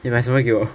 你买什么给我